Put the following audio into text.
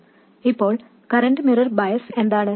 ഇപ്പോൾ current mirror bias എന്താണ്